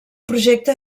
projecte